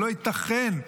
שלא ייתכן,